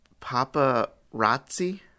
Paparazzi